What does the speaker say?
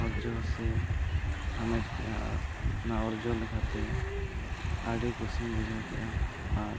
ᱚᱨᱡᱚ ᱥᱮ ᱦᱟᱢᱮᱴ ᱠᱮᱫᱟ ᱟᱨ ᱚᱱᱟ ᱚᱨᱡᱚ ᱞᱮᱠᱟᱛᱮ ᱟᱹᱰᱤ ᱠᱩᱥᱤᱧ ᱵᱩᱡᱷᱟᱹᱣ ᱠᱮᱫᱼᱟ ᱟᱨ